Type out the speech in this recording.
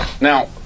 Now